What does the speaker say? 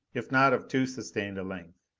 if not of too sustained a length.